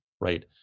right